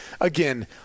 again